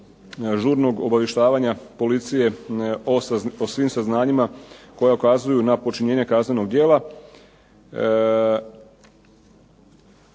žurnog obavještavanja policije o svim saznanjima koja ukazuju na počinjenje kaznenog djela.